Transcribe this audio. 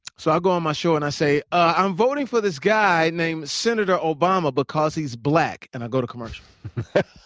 so i go on my show and i say, i'm voting for this guy named senator obama because he's black. and i go to commercial.